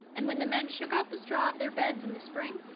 and, when the men shook out the straw their beds in the spring,